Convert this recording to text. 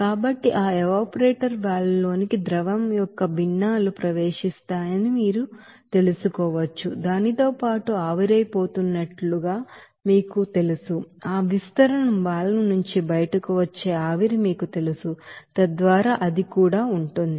కాబట్టి ఆ evaporator valve లోనికి ఫ్రాక్షన్స్ అఫ్ లిక్విడ్ ప్రవేశిస్తాయని మీకు తెలుసు దానితో పాటు ఆవిరైపోయినట్లుగా మీకు తెలుసు ఆ విస్తరణ వాల్వ్ నుంచి బయటకు వచ్చే ఆవిరి మీకు తెలుసు తద్వారా అది కూడా ఉంటుంది